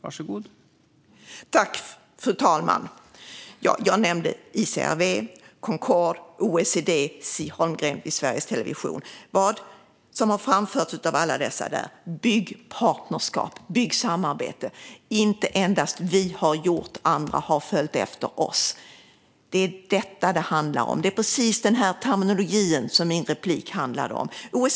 Fru talman! Jag nämnde ICRW, Concord, OECD och Ci Holmgren i Sveriges Radio. Det som har framförts från alla dem är: Bygg partnerskap och samarbete! Man vill inte att det endast ska vara vad Sverige har gjort och att andra har följt efter oss. Det är detta det handlar om. Det är precis den här terminologin som min replik handlade om.